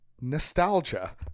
nostalgia